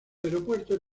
aeropuerto